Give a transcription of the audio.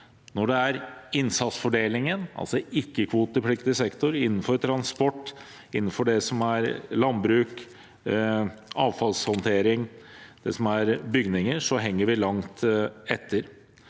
så gjelder innsatsfordelingen, altså ikke-kvotepliktig sektor innenfor transport, landbruk, avfallshåndtering og bygninger, henger vi langt etter.